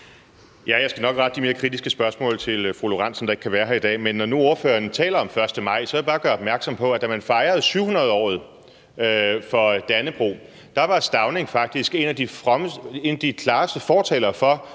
Jeg skal nok rette de mere kritiske spørgsmål til fru Karina Lorentzen Dehnhardt, som ikke kan være her i dag. Men når nu ordføreren taler om 1. maj, vil jeg bare gøre opmærksom på, at da man fejrede 700-året for Dannebrog, var Stauning faktisk en af de klareste fortalere for,